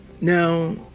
Now